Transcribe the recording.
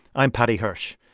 i'm paddy hirsch,